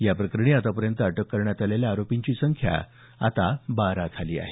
या प्रकरणी आतापर्यंत अटक करण्यात आलेल्या आरोपींची संख्या बारा झाली आहे